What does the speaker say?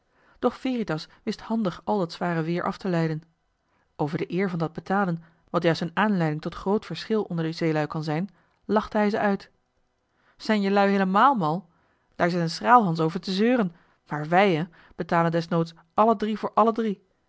doch veritas wist handig al dat zware weer af te leiden over de eer van dat betalen wat juist een aanleiding tot groot verschil onder de zeelui kan zijn lachte hij ze uit zijn jelui heelemààl mal daar zit een schraalhans over te zeuren maar wij hè betalen desnoods alle drie voor alle drie